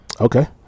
Okay